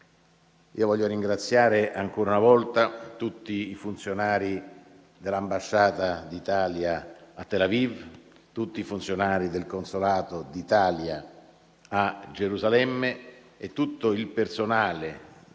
Desidero ringraziare ancora una volta tutti i funzionari dell'ambasciata d'Italia a Tel Aviv, tutti i funzionari del consolato d'Italia a Gerusalemme e tutto il personale